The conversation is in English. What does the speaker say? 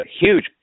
huge